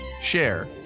share